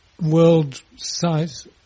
world-size